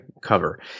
cover